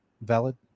valid